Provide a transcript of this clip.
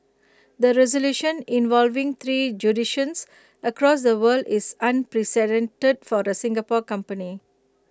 the resolution involving three jurisdictions across the world is unprecedented for the Singapore company